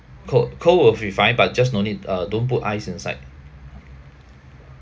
cold cold will be fine but just no need uh don't put ice inside